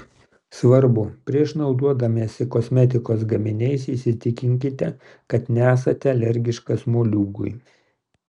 svarbu prieš naudodamiesi kosmetikos gaminiais įsitikinkite kad nesate alergiškas moliūgui